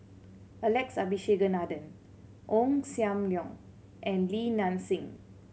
Alex Abisheganaden Ong Sam Leong and Li Nanxing